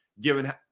given